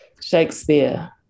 Shakespeare